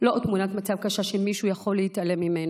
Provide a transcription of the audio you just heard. לא עוד תמונת מצב קשה שמישהו יכול להתעלם ממנה,